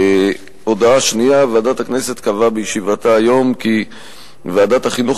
הודעה שנייה: ועדת הכנסת קבעה בישיבתה היום כי ועדת החינוך,